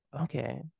okay